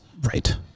Right